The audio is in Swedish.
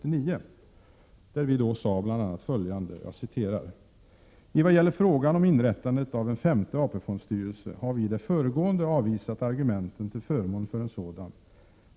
I motionen sades bl.a. följande: ”I vad gäller frågan om inrättandet av en femte AP-fondstyrelse har vi i det föregående avvisat argumenten till förmån för en sådan.